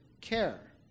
care